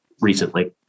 recently